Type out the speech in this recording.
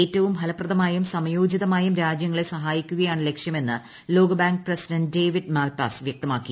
ഏറ്റവും ഫലപ്രദമായും സമയോചിതമായും രാജ്യങ്ങളെ സഹായിക്കുകയാണ് ലക്ഷ്യമെന്ന് ലോകബാങ്ക് പ്രസിഡന്റ് ഡേവിഡ് മാൽപ്പാസ് വ്യക്തമാക്കി